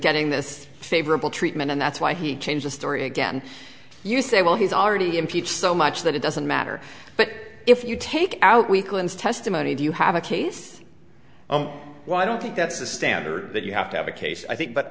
getting this favorable treatment and that's why he changed the story again you say well he's already impeach so much that it doesn't matter but if you take out weaklings testimony do you have a case why i don't think that's the standard that you have to have a case i think